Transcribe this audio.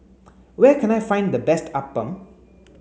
where can I find the best Appam